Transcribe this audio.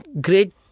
great